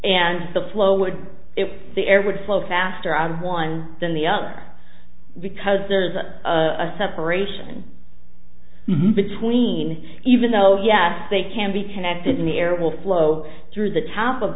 and the flow would if the air would flow faster out of one than the other because there is a separation between even though yes they can be connected in the air will flow through the top of